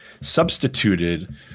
substituted